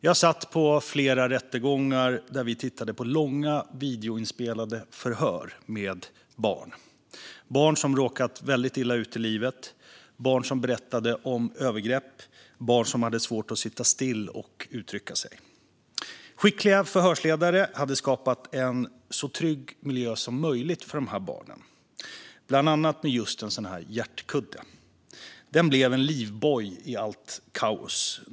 Jag satt på flera rättegångar där vi tittade på långa videoinspelade förhör med barn. Det var barn som råkat väldigt illa ut i livet, som berättade om övergrepp och som hade svårt att sitta still och att uttrycka sig. Skickliga förhörsledare hade skapat en så trygg miljö som möjligt för barnen, bland annat med just en sådan hjärtkudde. Den blev en livboj i allt kaos.